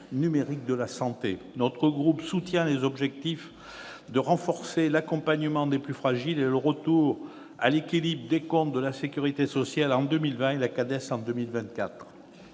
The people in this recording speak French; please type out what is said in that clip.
numériques de la santé. Notre groupe soutient les objectifs de renforcement de l'accompagnement des plus fragiles et de retour à l'équilibre des comptes de la sécurité sociale en 2020 et de la CADES en 2024.